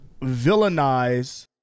villainize